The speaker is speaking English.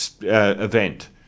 event